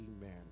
amen